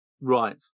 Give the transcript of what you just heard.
Right